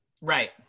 Right